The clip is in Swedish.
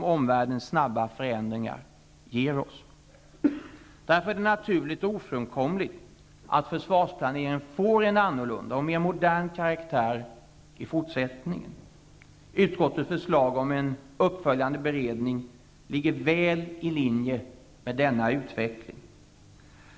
ställs av omvärldens snabba förändringar. Därför är det naturligt och ofrånkomligt att försvarsplaneringen får en annorlunda och mer modern karaktär i fortsättningen. Utskottets förslag om en uppföljande beredning ligger väl i linje med denna utveckling.